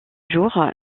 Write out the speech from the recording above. jour